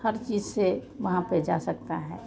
हर चीज़ से वहाँ पर जा सकते हैं